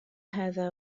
هذا